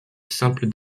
simple